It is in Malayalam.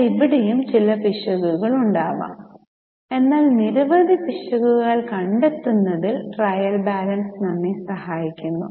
എന്നാൽ ഇവിടെയും ചില പിശകുകൾ ഉണ്ടാകാം എന്നാൽ നിരവധി പിശകുകൾ കണ്ടെത്തുന്നതിൽ ട്രയൽ ബാലൻസ് നമ്മെ സഹായിക്കുന്നു